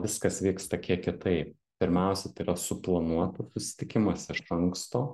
viskas vyksta kiek kitai pirmiausia tai yra suplanuota susitikimas iš anksto